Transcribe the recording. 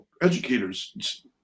educators